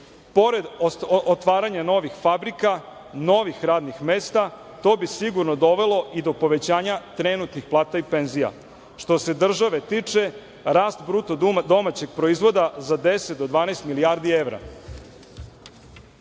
otvaranja novih fabrika, novih radnih mesta, to bi sigurno dovelo i do povećanja trenutnih plata i penzija. Što se države tiče, rast BDP-a za 10 do 12 milijardi evra. Hteo